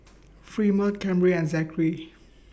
Fremont Camryn and Zachary